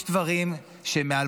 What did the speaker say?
יש דברים שהם מעל